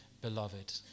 beloved